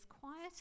quiet